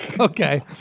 Okay